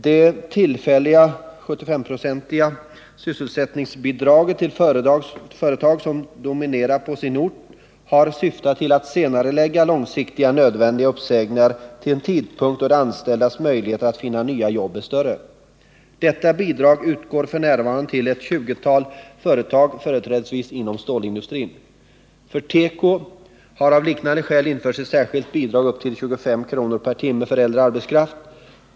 Det tillfälliga 75-procentiga sysselsättningsbidraget till företag som dominerar på sin ort har ju syftat till att senarelägga långsiktigt nödvändiga uppsägningar till en tidpunkt då de anställdas möjligheter att finna nya jobb är större. Detta bidrag utgår f. n. till ett tjugotal företag, företrädesvis inom stålindustrin. För teko har av liknande skäl införts ett särskilt bidrag på upp till 25 kr. per timme för äldre arbetskraft.